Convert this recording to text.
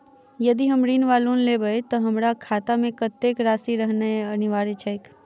यदि हम ऋण वा लोन लेबै तऽ हमरा खाता मे कत्तेक राशि रहनैय अनिवार्य छैक?